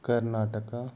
Karnataka